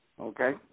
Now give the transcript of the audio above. okay